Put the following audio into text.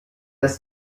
ist